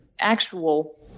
actual